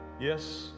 Yes